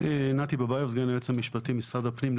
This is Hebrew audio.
סגן היועץ המשפטי במשרד הפנים.